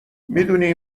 میدونی